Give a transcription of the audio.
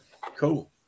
Cool